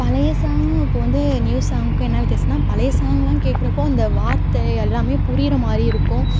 பழைய சாங் இப்போ வந்து நியூ சாங்க்கும் என்ன வித்தியாசனா பழையை சாங்லாம் கேட்குறப்போ அந்த வார்த்தை எல்லாம் புரிகிற மாதிரி இருக்கும்